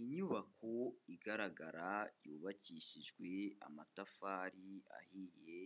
Inyubako igaragara yubakishijwe amatafari ahiye,